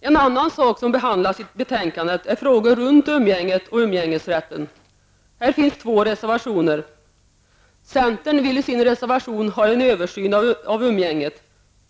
En annan sak som behandlas i betänkandet är frågor som rör umgänget och umgängesrätten. Här finns två reservationer. Centerpartiet framför i sin reservation att man vill ha en översyn av reglerna för umgänget.